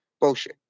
Bullshit